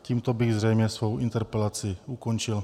Tímto bych zřejmě svou interpelaci ukončil.